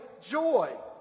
joy